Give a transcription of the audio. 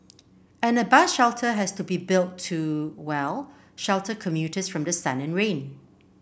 and a bus shelter has to be built to well shelter commuters from the sun and rain